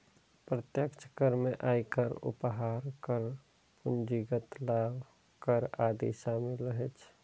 प्रत्यक्ष कर मे आयकर, उपहार कर, पूंजीगत लाभ कर आदि शामिल रहै छै